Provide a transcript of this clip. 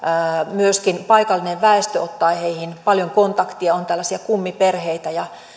myöskin paikallinen väestö ottaa heihin paljon kontaktia on tällaisia kummiperheitä ja